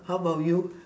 how about you